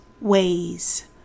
ways